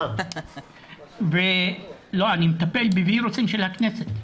אני מטפל בווירוסים של הכנסת.